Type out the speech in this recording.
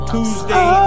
Tuesday